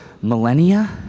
millennia